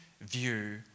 view